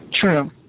True